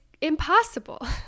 impossible